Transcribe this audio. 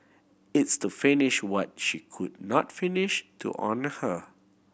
it's to finish what she could not finish to honour her